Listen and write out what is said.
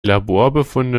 laborbefunde